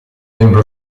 membro